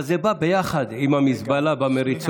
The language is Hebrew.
אבל זה בא ביחד עם המזבלה במריצות,